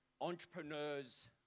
entrepreneurs